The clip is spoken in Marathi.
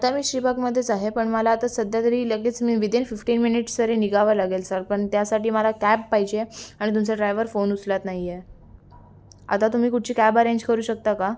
आता मी श्रीबागमध्येच आहे पण मला आता सध्या तरी लगेच विदीन फिफ्टीन मिनिट्स तरी निघावं लागेल सर पण त्यासाठी मला कॅब पाहिजे आणि तुमचा ड्रायव्हर फोन उचलत नाही आहे आता तुम्ही कुठची कॅब अरेंज करू शकता का